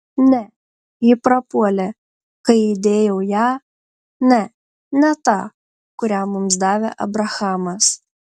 ne ji prapuolė kai įdėjau ją ne ne tą kurią mums davė abrahamas